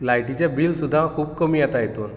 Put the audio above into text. लायटिचें bill सुद्दां खूब कमी येता हितूंत